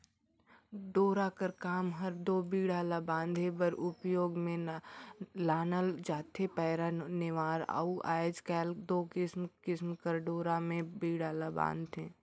डोरा कर काम हर दो बीड़ा ला बांधे बर उपियोग मे लानल जाथे पैरा, नेवार अउ आएज काएल दो किसिम किसिम कर डोरा मे बीड़ा ल बांधथे